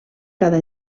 cada